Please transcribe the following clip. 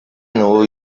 know